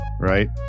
right